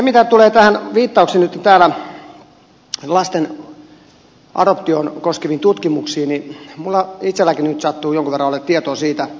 mitä tulee viittaukseen täällä lasten adoptiota koskeviin tutkimuksiin niin minulla itsellänikin nyt sattuu jonkun verran olemaan tietoa siitä